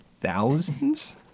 Thousands